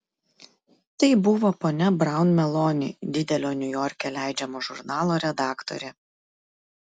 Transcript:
tai buvo ponia braun meloni didelio niujorke leidžiamo žurnalo redaktorė